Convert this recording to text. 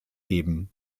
geben